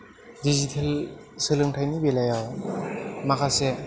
digital सोलोंथाइनि बेलायाव माखासे